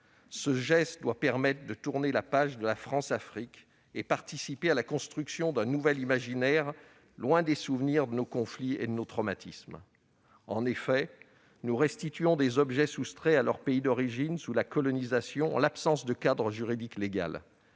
Ce geste doit permettre de tourner la page de la Françafrique et participer à la construction d'un nouvel imaginaire, loin des souvenirs de nos conflits et de nos traumatismes. En effet, nous restituons des objets soustraits à leurs pays d'origine sous la colonisation en l'absence de cadre juridique légal.